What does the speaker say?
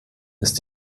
ist